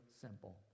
simple